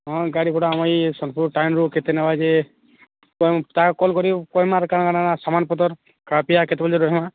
ହଁ ଗାଡ଼ି ଗୁଡ଼ା ଆମର୍ ଇ ସୋନପୁର ଟାଉନ୍ରୁ କେତେ ନେବା ଯେ ତାହାକେ କଲ୍ କରିକିନା କହେମା କାଣା କାଣା ସାମାନ୍ ପତର୍ ଖା ପିଆ କେତେ ବଜେ ରହେମା